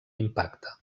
impacte